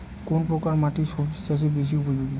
কোন প্রকার মাটি সবজি চাষে বেশি উপযোগী?